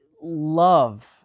love